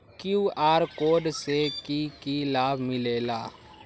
QR code से कि कि लाव मिलेला?